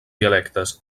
dialectes